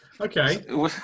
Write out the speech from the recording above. Okay